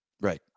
Right